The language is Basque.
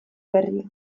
berria